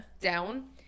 down